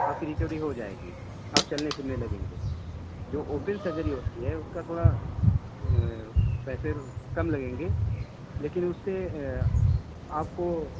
آپ کی ریکوری ہو جائے گی آپ چلنے پھرنے لگیں گے جو اوپن سرجری ہوتی ہے اس کا تھوڑا پیسے تو کم لگیں گے لیکن اس سے آپ کو